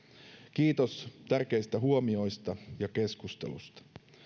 kiitos tärkeistä huomioista ja keskustelusta